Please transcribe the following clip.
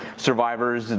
survivors,